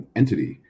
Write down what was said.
entity